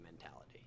mentality